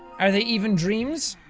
are they even dreams?